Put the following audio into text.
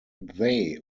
they